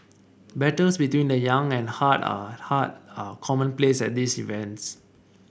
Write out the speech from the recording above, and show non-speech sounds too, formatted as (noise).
battles between the young and (unintelligible) heart are commonplace at these events